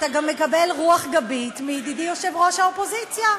אתה גם מקבל רוח גבית מידידי יושב-ראש האופוזיציה,